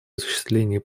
осуществлении